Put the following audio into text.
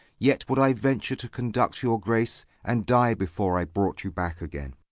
yet would i venture to conduct your grace, and die before i brought you back again!